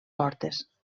portes